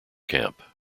camp